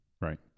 Right